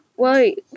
Wait